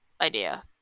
idea